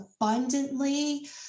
abundantly